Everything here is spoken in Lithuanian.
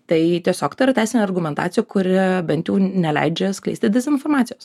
tai tiesiog tai yra teisinė argumentacija kuri bent jau neleidžia skleisti dezinformacijos